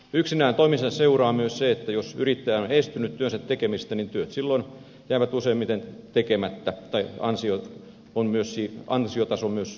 yksinään toimimisesta seuraa myös se että jos yrittäjä on estynyt työnsä tekemisestä työt silloin jäävät useimmiten tekemättä tai ansiotaso myös syntymättä